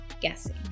guessing